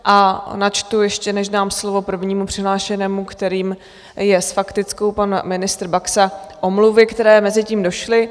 A načtu ještě, než dám slovo prvnímu přihlášenému, kterým je s faktickou ministr Baxa, omluvy, které mezitím došly.